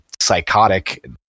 psychotic